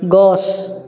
গছ